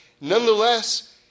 nonetheless